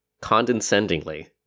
condescendingly